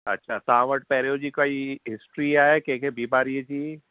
अच्छा तव्हां वटि पहिरियों जी काई हिस्ट्री आहे कंहिंखे बीमारीअ जी